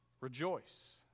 rejoice